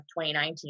2019